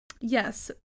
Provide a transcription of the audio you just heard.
yes